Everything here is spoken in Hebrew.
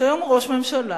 שהיום הוא ראש ממשלה,